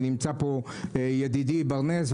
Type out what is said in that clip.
ונמצא פה ידידי ברנס,